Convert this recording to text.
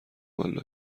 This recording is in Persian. والا